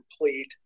complete